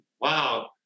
wow